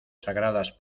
sagradas